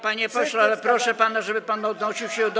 Panie pośle, ale proszę pana, żeby pan odnosił się do.